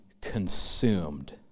consumed